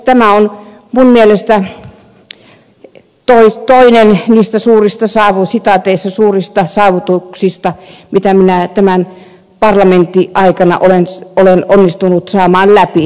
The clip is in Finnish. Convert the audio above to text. tämä on minun mielestäni toinen niistä suurista saavutuksista mitä minä tänä parlamenttiaikana olen onnistunut saamaan läpi